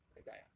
I die ah